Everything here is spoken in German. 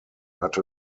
hatte